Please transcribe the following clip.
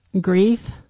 grief